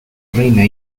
reina